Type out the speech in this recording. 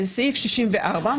בסעיף 64,